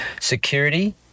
security